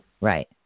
Right